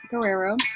Guerrero